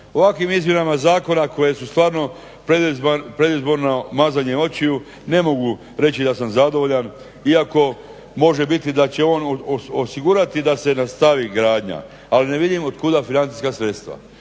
Ovakvim izmjenama zakona koje su stvarno predizborno mazanje očiju ne mogu reći da sam zadovoljan iako može biti da će on osigurati da se nastavi gradnja, ali ne vidim otkuda financijska sredstva.